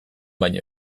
baino